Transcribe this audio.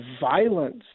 violence